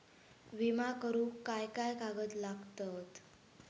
विमा करुक काय काय कागद लागतत?